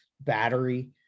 battery